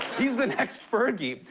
he's the next fergie.